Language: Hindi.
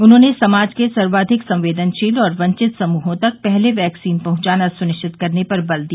उन्होंने समाज के सर्वाधिक संवेदनशील और वंचित समूहों तक पहले वैक्सीन पहुंचाना सुनिश्चित करने पर बल दिया